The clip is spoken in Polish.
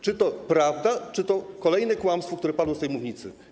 Czy to prawda czy to kolejne kłamstwo, które padło z tej mównicy?